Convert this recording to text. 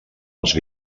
els